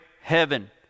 heaven